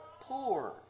Poor